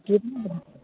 कितना